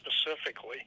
specifically